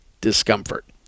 discomfort